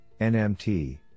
NMT